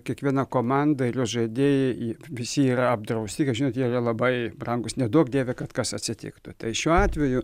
kiekviena komanda ir jos žaidėjai visi yra apdrausti kaip žinot jie yra labai brangūs neduok dieve kad kas atsitiktų tai šiuo atveju